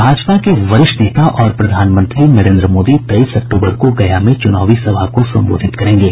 भाजपा के वरिष्ठ नेता और प्रधानमंत्री नरेन्द्र मोदी तेईस अक्टूबर को गया में चुनावी सभा को संबोधित करेंगे